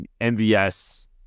MVS